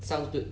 sounds good